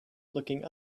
looking